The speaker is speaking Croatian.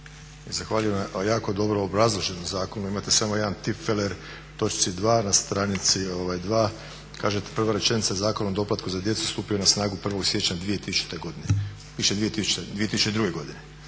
zahvaljujem na jako dobro obrazloženom zakonu. imate samo jedan tipfeler u točci 2.na stranici 2 kaže prva rečenica "Zakon o doplatku na djecu stupio je na snagu 1.siječnja 2000.godine".